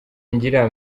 ngira